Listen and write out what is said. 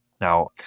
Now